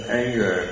anger